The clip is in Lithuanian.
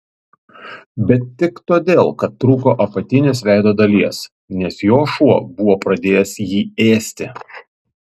bet tik todėl kad trūko apatinės veido dalies nes jo šuo buvo pradėjęs jį ėsti